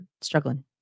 struggling